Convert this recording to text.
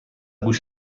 گوش